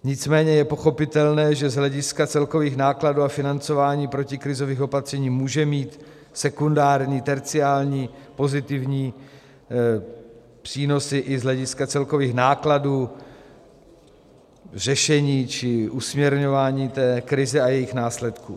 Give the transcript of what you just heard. Nicméně je pochopitelné, že z hlediska celkových nákladů a financování protikrizových opatření může mít sekundární, terciární pozitivní přínosy i z hlediska celkových nákladů řešení či usměrňování té krize a jejích následků.